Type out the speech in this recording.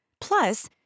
Plus